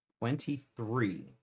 twenty-three